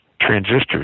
transistors